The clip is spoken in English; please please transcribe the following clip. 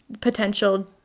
potential